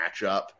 matchup